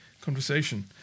conversation